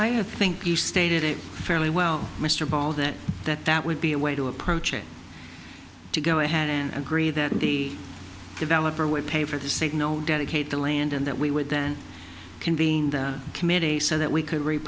i think he stated it fairly well mr ball that that that would be a way to approach it to go ahead and agree that the developer would pay for the signal dedicate the land and that we would then convene the committee so that we could re